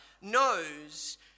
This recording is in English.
knows